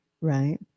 right